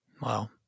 Wow